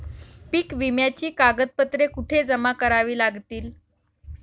पीक विम्याची कागदपत्रे कुठे जमा करावी लागतील?